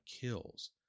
kills